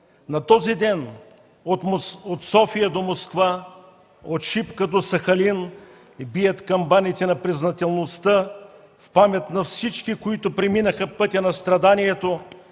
На този ден от София до Москва, от Шипка до Сахалин бият камбаните на признателността в памет на всички, които преминаха пътя на страданието